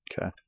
Okay